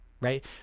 right